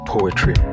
Poetry